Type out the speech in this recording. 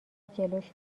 جلوش